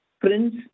prince